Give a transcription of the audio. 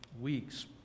weeks